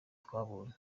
twabonye